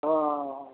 ਹਾਂ